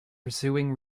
pursuing